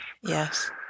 Yes